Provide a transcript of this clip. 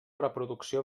reproducció